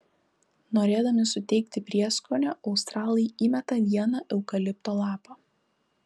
norėdami suteikti prieskonio australai įmeta vieną eukalipto lapą